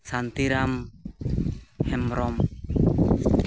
Shanti Ram Hembrom